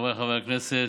חבריי חברי הכנסת,